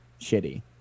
shitty